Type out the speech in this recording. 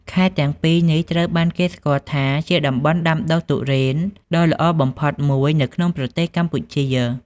ខេត្តទាំងពីរនេះត្រូវបានគេស្គាល់ថាជាតំបន់ដាំដុះទុរេនដ៏ល្អបំផុតមួយនៅក្នុងប្រទេសកម្ពុជា។